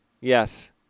Yes